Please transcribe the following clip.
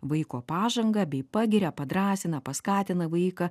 vaiko pažangą bei pagiria padrąsina paskatina vaiką